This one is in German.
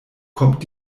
kommt